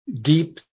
Deep